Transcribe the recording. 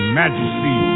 majesty